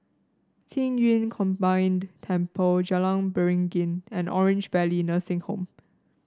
Qing Yun Combined Temple Jalan Beringin and Orange Valley Nursing Home